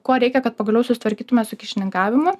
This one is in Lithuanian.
ko reikia kad pagaliau susitvarkytume su kyšininkavimu